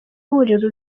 burira